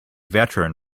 veteran